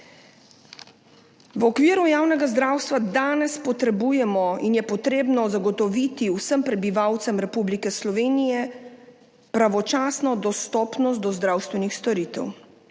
V okviru javnega zdravstva danes potrebujemo in je treba zagotoviti vsem prebivalcem Republike Slovenije pravočasno dostopnost do zdravstvenih storitev.